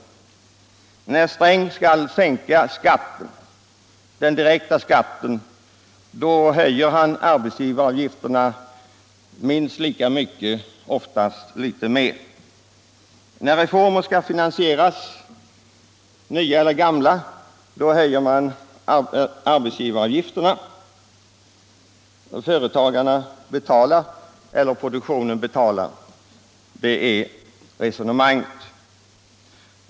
När herr Sträng skall sänka den direkta skatten höjer han arbetsgivaravgifterna minst lika mycket, oftast mer. När reformer skall finansieras höjer man arbetsgivaravgifterna. Företagarna — eller produktionen — betalar, det är resonemanget.